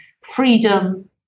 freedom